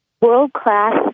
World-class